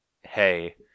hey